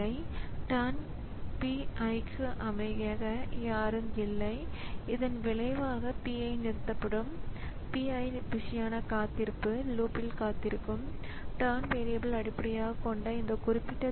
ஆனால் ரன் டைமில் இந்த அறிக்கை செயல்படுத்தப்படும்போது வன்பொருள் இந்த Y ன் மதிப்பு 0 க்கு சமம் என்பதைக் கண்டறிந்துள்ளது